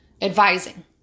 advising